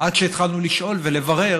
עד שהצלחנו לשאול ולברר